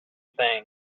thing